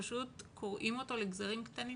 שפשוט קורעים אותו לגזרים קטנים